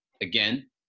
again